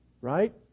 right